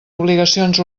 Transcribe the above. obligacions